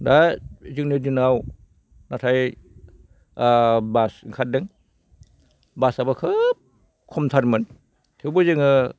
दा जोंनि दिनाव नाथाय बास ओंखारदों बासआबो खोब खमथारमोन थेवबो जोङो